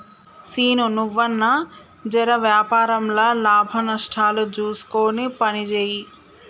సీనూ, నువ్వన్నా జెర వ్యాపారంల లాభనష్టాలు జూస్కొని పనిజేయి